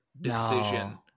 decision